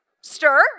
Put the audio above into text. Stir